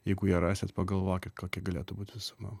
jeigu ją rasit pagalvokit kokia galėtų būt visuma